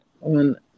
on